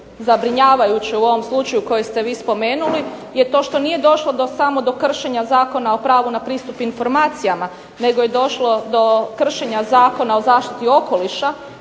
zabrinjavajuće u ovom slučaju koji ste vi spomenuli je to što nije došlo samo do kršenja Zakona o pravu na pristup informacijama nego je došlo do kršenja Zakona o zaštiti okoliša